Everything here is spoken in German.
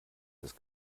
das